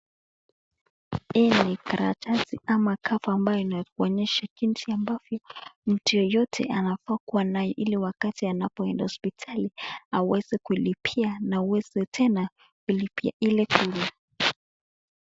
Hii ni karatasi ama(cs)cover(cs)ambayo inatuonyesha jinsi ambavyo mtu yeyote anafaa kuwa nayo ili wakati anapoenda hospitalini aweze kulipia na aweze tena kulipia ile kingine.